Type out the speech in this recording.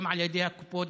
גם על ידי הקופות,